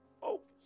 Focus